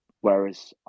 Whereas